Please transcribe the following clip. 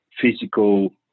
physical